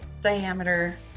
diameter